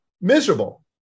miserable